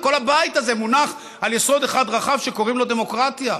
כל הבית הזה מונח על יסוד אחד רחב שקוראים לו "דמוקרטיה"